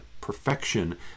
perfection